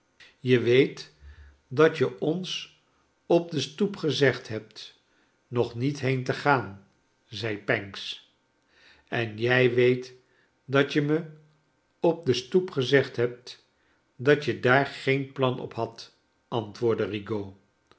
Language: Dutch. je weet dat je ons op de stoep gezegd hebt nog niet heen te gaan zei pancks en jij weet dat je me op de stoep gezegd hebt dat je daar geen plan op hadt antwoordde